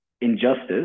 injustice